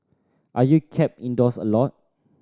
are you kept indoors a lot